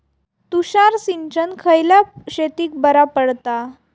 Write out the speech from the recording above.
तुषार सिंचन खयल्या शेतीक बरा पडता?